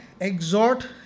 exhort